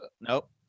Nope